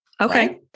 Okay